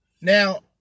Now